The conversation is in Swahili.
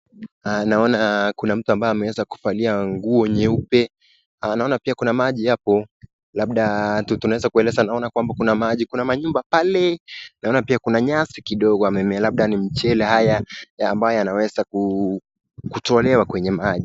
naona kuna mtu ambaye ameweza kuvalia nguo nyeupe. naona pia kuna maji hapo. Labda tunaweza kueleza naona kwamba kuna maji, kuna manyumba pale, naona pia kuna nyasi kidogo amemea labda ni mchele haya ambayo yanaweza kutolewa kwenye maji.